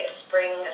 spring